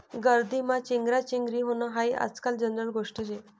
गर्दीमा चेंगराचेंगरी व्हनं हायी आजकाल जनरल गोष्ट शे